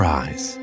eyes